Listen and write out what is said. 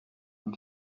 own